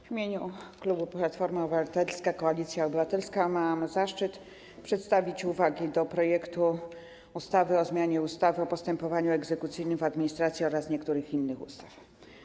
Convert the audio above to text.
W imieniu klubu Platforma Obywatelska - Koalicja Obywatelska mam zaszczyt przedstawić uwagi do projektu ustawy o zmianie ustawy o postępowaniu egzekucyjnym w administracji oraz niektórych innych ustaw.